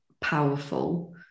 powerful